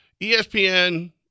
ESPN